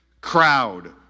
crowd